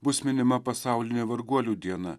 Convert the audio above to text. bus minima pasaulinė varguolių diena